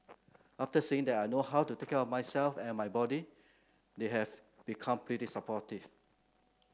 after seeing that I know how to take care of myself and my body they have become pretty supportive